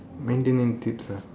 maintenance tips ah